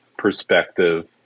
perspective